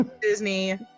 Disney